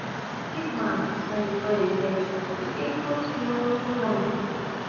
kaip manote ar rytoj ryte jis atsiųs jai puokštę geltonų rožių